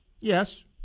Yes